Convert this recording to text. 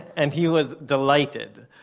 and he was delighted.